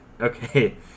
Okay